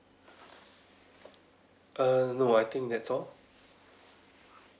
err no I think that's all